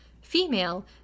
female